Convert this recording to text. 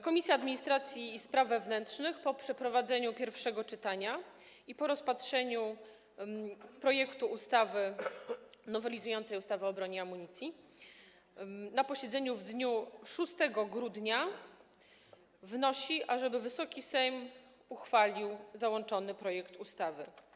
Komisja Administracji i Spraw Wewnętrznych po przeprowadzeniu pierwszego czytania i po rozpatrzeniu projektu ustawy nowelizującej ustawę o broni i amunicji na posiedzeniu w dniu 6 grudnia wnosi, ażeby Wysoki Sejm uchwalił załączony projekt ustawy.